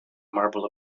marble